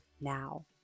now